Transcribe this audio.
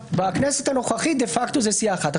בכנסת הנוכחית דה פקטו זה סיעה אחת.